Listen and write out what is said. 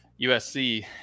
USC